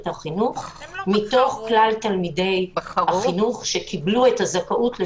החינוך מתוך כלל תלמידי החינוך שקיבלו את הזכאות.